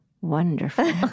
wonderful